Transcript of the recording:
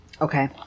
Okay